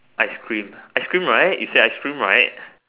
ice cream ice cream right you said ice cream right